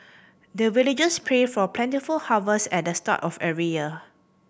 the villagers pray for plentiful harvest at the start of every year